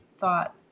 thought